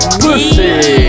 pussy